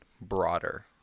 broader